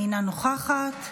אינה נוכחת.